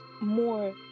more